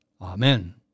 Amen